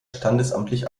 standesamtlich